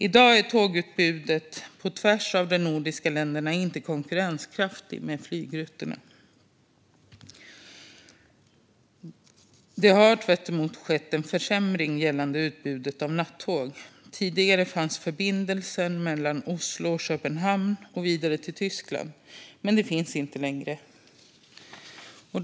I dag är tågutbudet tvärs igenom de nordiska länderna inte konkurrenskraftigt med flygrutterna. Det har i stället skett en försämring gällande utbudet av nattåg. Tidigare fanns det en förbindelse från Oslo till Köpenhamn och vidare till Tyskland, men denna finns inte längre.